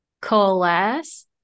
coalesce